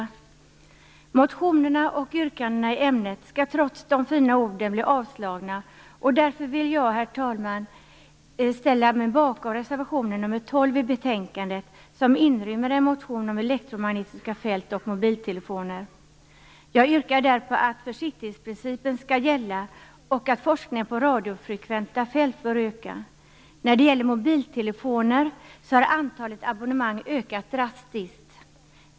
Motionerna och yrkandena i ämnet skall, trots de fina orden, bli avslagna. Därför ställer jag mig bakom reservation nr 12, som inrymmer vad som sägs i en motion om elektromagnetiska fält och mobiltelefoner. Jag yrkar därför att försiktighetsprincipen skall gälla och att forskningen kring radiofrekventa fält bör öka. När det gäller mobiltelefoner har antalet abonnemang drastiskt ökat.